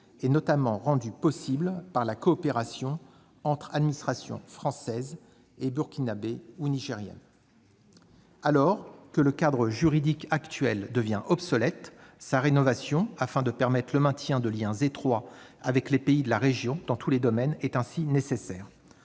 est notamment rendue possible par la coopération entre administrations française et burkinabée ou nigérienne. Alors que son cadre juridique devient obsolète, sa rénovation, qui vise le maintien de liens étroits avec les pays de la région, et ce dans tous les domaines, est ainsi nécessaire.